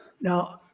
now